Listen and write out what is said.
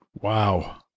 Wow